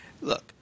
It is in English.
look